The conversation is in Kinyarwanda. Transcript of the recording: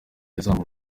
yazamutse